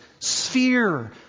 Sphere